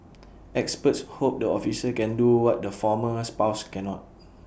experts hope the officer can do what the former spouse cannot